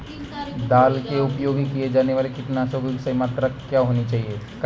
दाल के लिए उपयोग किए जाने वाले कीटनाशकों की सही मात्रा क्या होनी चाहिए?